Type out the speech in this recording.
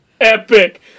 epic